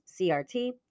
CRT